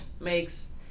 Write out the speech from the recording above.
makes